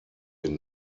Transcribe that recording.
den